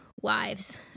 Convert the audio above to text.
wives